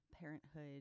parenthood